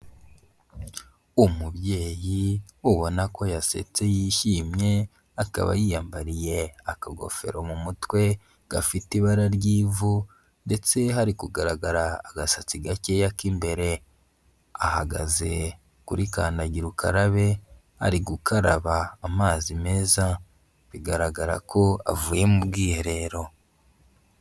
Umubyeyi ubona ko yasetse yishimye akaba yiyambariye akagofero mu mutwe gafite ibara ry'ivu ndetse hari kugaragara agasatsi gakeya k'imbere, ahagaze kuri kdagira ukarabe ari gukaraba amazi meza bigaragara ko avuye mu bwiherero.